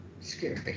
Scary